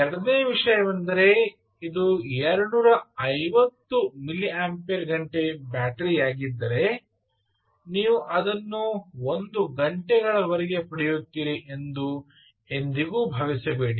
ಎರಡನೆಯ ವಿಷಯವೆಂದರೆ ಇದು 250 ಮಿಲಿಯಂಪೇರ್ ಗಂಟೆ ಬ್ಯಾಟರಿಯಾಗಿದ್ದರೆ ನೀವು ಅದನ್ನು ಒಂದು ಗಂಟೆಯವರೆಗೆ ಪಡೆಯುತ್ತೀರಿ ಎಂದು ಎಂದಿಗೂ ಭಾವಿಸಬೇಡಿ